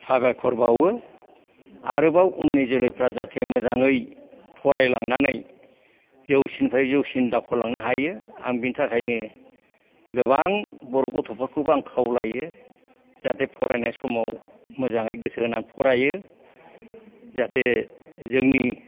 साबायखर बावयो आरोबाव उननि जोलैफ्रा जाहाथे मोजाङै फरायलांनानै जौसिननिफ्राय जौसिन दावखोलांनो हायो आं बेनि थाखायनो गोबां बर' गथ'फोरखौबो आं खावलायो जाहाथे फरायनाय समाव मोजाङै गोसो होनानै फरायो जाहाथे जोंनि